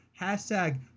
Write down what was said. Hashtag